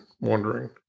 wondering